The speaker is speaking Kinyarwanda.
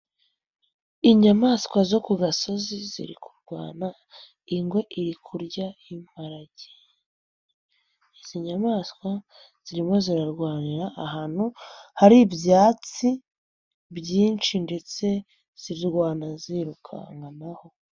Inyamaswa zo ku gasozi ziri kurwana, ingwe iriku kurya imparage, izi nyamaswa zirimo zirarwanira ahantu hari ibyatsi byinshi ndetse zirwana zirukankanaho.